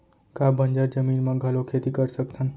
का बंजर जमीन म घलो खेती कर सकथन का?